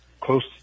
close